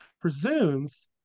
presumes